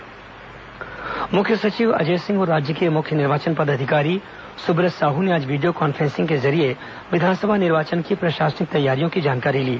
विस चुनाव तैयारी वीडियो कॉन्फ्रेंसिंग मुख्य सचिव अजय सिंह और राज्य के मुख्य निर्वाचन पदाधिकारी सुब्रत साहू ने आज वीडियो कॉन्फ्रेंसिंग के जरिये विधानसभा निर्वाचन की प्रशासनिक तैयारियों की जानकारी ली